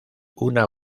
una